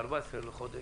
ב-14 באוגוסט,